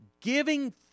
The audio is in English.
giving